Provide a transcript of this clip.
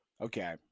Okay